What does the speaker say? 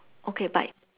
okay but